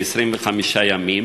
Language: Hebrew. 25 ימים,